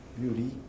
beauty